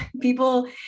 people